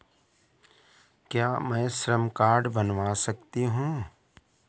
क्या मैं श्रम कार्ड बनवा सकती हूँ?